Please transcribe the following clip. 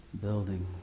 building